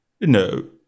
No